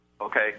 Okay